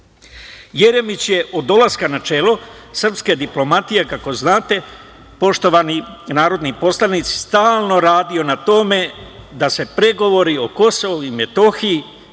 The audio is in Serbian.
Jeremić je od dolaska na čelo srpske diplomatije, kako znate, poštovani narodni poslanici stalno radio na tome da se pregovori o KiM,